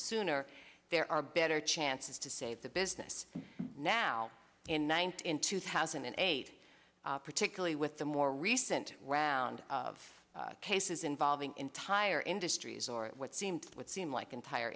sooner there are better chances to save the business now in one thousand two thousand and eight particularly with the more recent round of cases involving entire industries or what seems would seem like entire